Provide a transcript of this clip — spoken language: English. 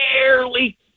barely